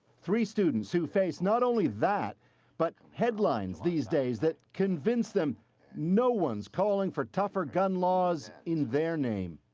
three students who faced not only that but headlines these days that convince them that no one is calling for tougher gun laws in their name.